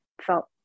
felt